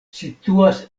situas